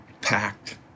packed